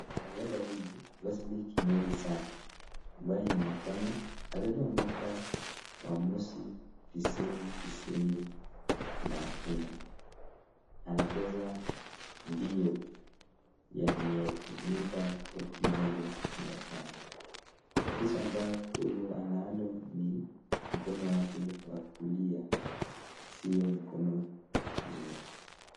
Mwanariadha huyu, Wesley Kimeli Sang, ambaye ni mkenya alizaliwa mwaka wa mosi tisini tisini na nne, Anacheza mbio ya mita elfu moja mia tano. Tatizo ambalo analo ni mkono wake wa kulia sio mkono mzuri.